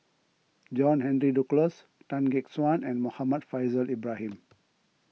John Henry Duclos Tan Gek Suan and Muhammad Faishal Ibrahim